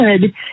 good